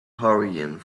hurrying